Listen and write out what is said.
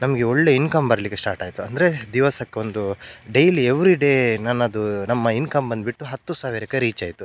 ನಮಗೆ ಒಳ್ಳೆಯ ಇನ್ಕಮ್ ಬರಲಿಕ್ಕೆ ಸ್ಟಾರ್ಟಾಯಿತು ಅಂದರೆ ದಿವಸಕ್ಕೊಂದು ಡೈಲಿ ಎವ್ರಿಡೇ ನನ್ನದು ನಮ್ಮ ಇನ್ಕಮ್ ಬಂದುಬಿಟ್ಟು ಹತ್ತು ಸಾವಿರಕ್ಕೆ ರೀಚಾಯಿತು